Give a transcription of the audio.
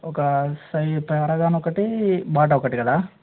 ఒక సై ప పారగాన్ ఒకటి బాటా ఒకటి కదా